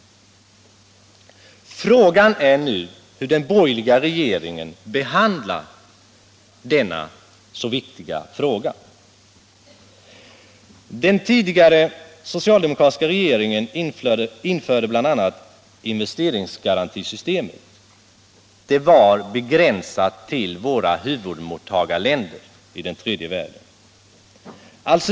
Problemet är nu hur den borgerliga regeringen behandlar denna viktiga fråga. Den tidigare socialdemokratiska regeringen införde bl.a. investeringsgarantisystemet, som var begränsat till våra huvudmottagarländer i tredje världen.